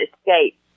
escape